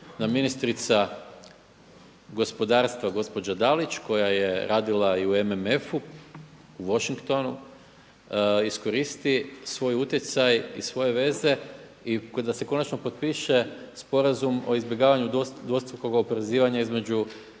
da ministrica gospodarstva gospođa Dalić koja je radila i u MMF-u i u Washingtonu iskoristi svoj utjecaj i svoje veze i da se konačno potpiše sporazum o izbjegavanju dvostrukog oporezivanja između